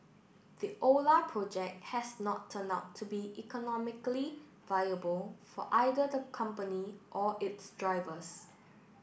the Ola project has not turned out to be economically viable for either the company or its drivers